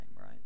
right